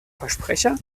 versprecher